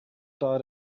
diet